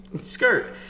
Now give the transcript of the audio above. skirt